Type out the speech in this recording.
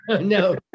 No